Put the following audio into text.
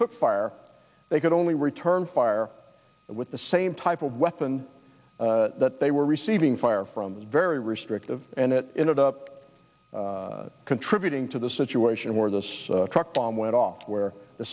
took fire they could only return fire with the same type of weapon that they were receiving fire from this very restrictive and it ended up contributing to the situation where this truck bomb went off where the